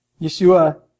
Yeshua